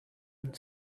and